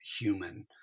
human